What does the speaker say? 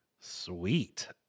Sweet